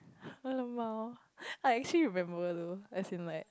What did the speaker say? !alamak! I actually remember though as in like